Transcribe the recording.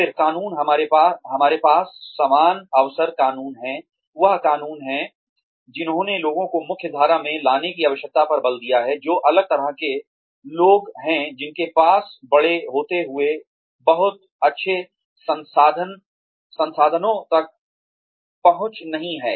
फिर कानून हमारे पास समान अवसर कानून हैं वह कानून हैं जिन्होंने लोगों को मुख्यधारा में लाने की आवश्यकता पर बल दिया है जो अलग तरह के लोग हैं जिनके पास बड़े होते हुए बहुत अच्छे संसाधनों तक पहुंच नहीं है